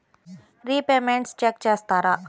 Repayments check చేస్తారా?